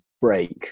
break